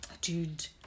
Dude